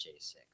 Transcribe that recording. J6